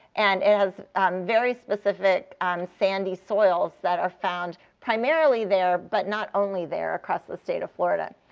and it has very specific sandy soils that are found primarily there, but not only there across the state of florida.